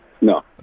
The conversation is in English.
No